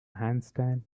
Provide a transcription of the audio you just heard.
handstand